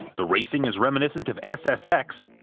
the racing is reminiscent of ssx,